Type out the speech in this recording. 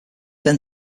then